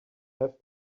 have